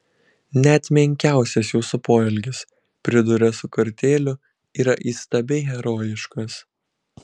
net menkiausias jūsų poelgis priduria su kartėliu yra įstabiai herojiškas